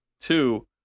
two